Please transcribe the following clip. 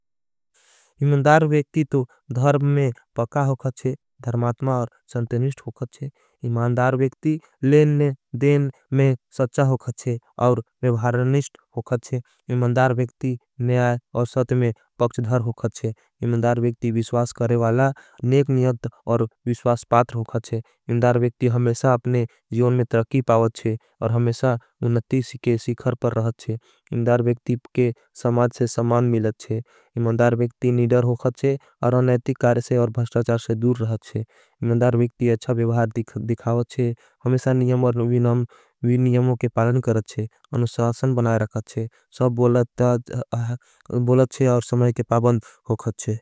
हिमान्दार वेक्ति तो धर्म में पका होगाच्छे धर्मात्मा और संत्यनिष्ट। होगाच्छे हिमान्दार वेक्ति लेन में सच्चा होगाच्छे और वेभारनिष्ट। होगाच्छे हिमान्दार वेक्ति नयाय और सत्य में पक्चधर होगाच्छे। हिमान्दार वेक्ति विश्वास करे वाला नेक नियत और विश्वास पात्र। होगाच्छे हिमान्दार वेक्ति हमेशा अपने जीवन में त्रखी पावच्छे। और हमेशा उन्हती के सीखर पर रहचे हिमान्दार वेक्ति के। समाज से समान मिलच्छे हिमान्दार वेक्ति निदर होगाच्छे और। अनेथीक कारे से और भाष्टाचार से दूर रहाच्छे हिमान्दार वेक्ति। ऐच्छा विवहार दिखावाच्छे हमेशा नियम और विनियमों के पालण करचे। हिमान्दार वेक्ति निदर होगाच्छे हमेशा नियम और विवहार दिखावाच्छे।